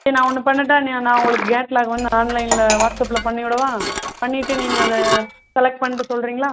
சரி நான் ஒன்று பண்ணட்டா நான் உங்களுக்கு கேட்லாக் வந்து ஆன்லைனில் வாட்ஸ் ஆப்பில் பண்ணி விடவா பண்ணிவிட்டு நீங்கள் அதை செலக்ட் பண்ணிட்டு சொல்லுறிங்களா